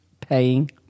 paying